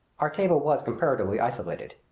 our table was comparatively isolated.